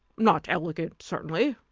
not elegant, certainly.